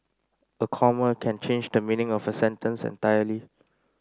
a comma can change the meaning of a sentence entirely